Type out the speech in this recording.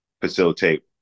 facilitate